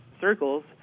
circles